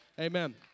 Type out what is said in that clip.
Amen